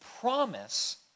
promise